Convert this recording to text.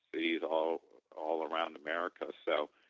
cities, all all around america. so,